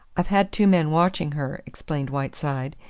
i've had two men watching her, explained whiteside,